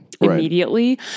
immediately